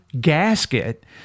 gasket